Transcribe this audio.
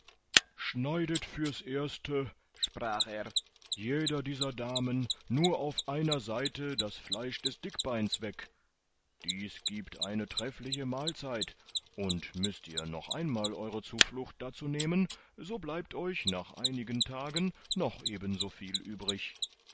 schneidet fürs erste sprach er jeder dieser damen nur auf einer seite das fleisch des dickbeins weg das giebt eine treffliche mahlzeit und müßt ihr noch einmal eure zuflucht dazu nehmen so bleibt euch nach einigen tagen noch eben so viel übrig